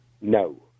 no